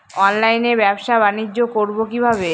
অনলাইনে ব্যবসা বানিজ্য করব কিভাবে?